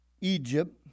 Egypt